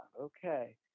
okay